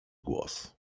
głos